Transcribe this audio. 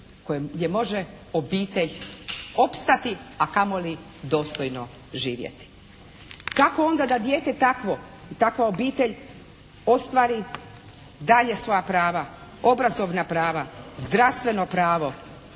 gdje može obitelj opstati, a kamoli dostojno živjeti. Kako onda da dijete takvo, takva obitelj ostvari dalje svoja prava, obrazovna prava, zdravstveno pravo,